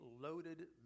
loaded